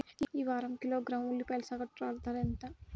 ఈ వారం కిలోగ్రాము ఉల్లిపాయల సగటు ధర ఎంత?